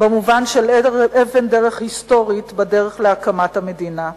במובן של אבן דרך היסטורית בדרך להקמת המדינה.